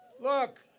look,